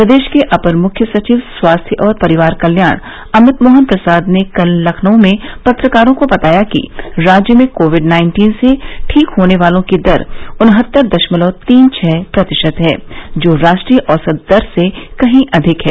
प्रदेश के अपर मुख्य सचिव स्वास्थ्य और परिवार कल्याण अमित मोहन प्रसाद ने कल लखनऊ में पत्रकारों को बताया कि राज्य में कोविड नाइन्टीन से ठीक होने वालों की दर उनहत्तर दशमलव तीन छ प्रतिशत है जो राष्ट्रीय औसत दर से कहीं अधिक है